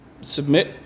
submit